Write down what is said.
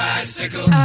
Bicycle